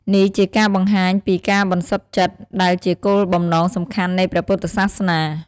នេះជាការបង្ហាញពី ការបន្សុតចិត្ត ដែលជាគោលបំណងសំខាន់នៃព្រះពុទ្ធសាសនា។